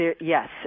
yes